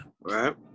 Right